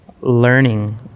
learning